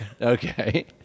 Okay